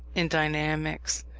in dynamics,